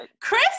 chris